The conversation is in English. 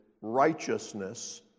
righteousness